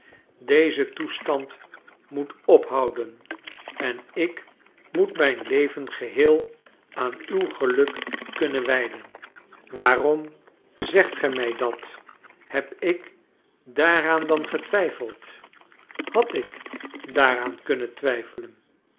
deze toestand moet ophouden en ik moet mijn leven geheel aan uw geluk kunnen wijden waarom zegt ge mij dat heb ik daaraan dan getwijfeld had ik daaraan kunnen twijfelen